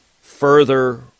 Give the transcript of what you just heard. further